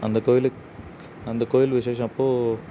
அந்தக் கோயிலு அந்த கோயில் விசேஷம் அப்போது